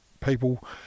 people